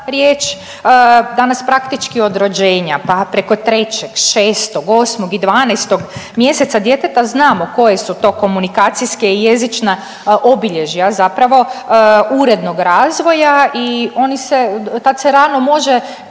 Danas praktički od rođenja, pa preko 6., 8. i 12. mjeseca djeteta znamo koje su to komunikacijske i jezična obilježja zapravo urednog razvoja i oni se tad se rano može